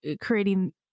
creating